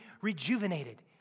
rejuvenated